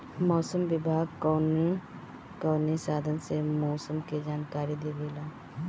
मौसम विभाग कौन कौने साधन से मोसम के जानकारी देवेला?